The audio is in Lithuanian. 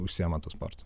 užsiema tuo sportu